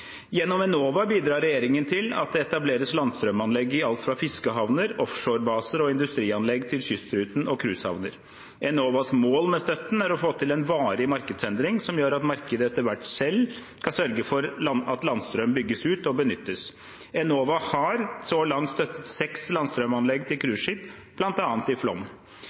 Gjennom Enova bidrar regjeringen til at det etableres landstrømanlegg i alt fra fiskehavner, offshorebaser og industrianlegg til kystruten og cruisehavner. Enovas mål med støtten er å få til en varig markedsendring som gjør at markedet etter hvert selv kan sørge for at landstrøm bygges ut og benyttes. Enova har så langt støttet seks landstrømanlegg til cruiseskip, bl.a. i